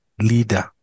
leader